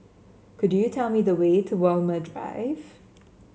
could you tell me the way to Walmer Drive